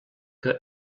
que